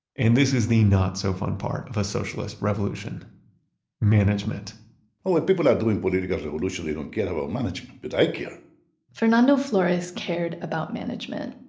and this is the not so fun part of a socialist revolution management when people are doing political revolution, they don't care about management but i care fernando flores cared about management,